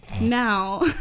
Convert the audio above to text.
Now